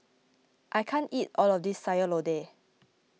I can't eat all of this Sayur Lodeh